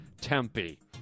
Tempe